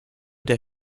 der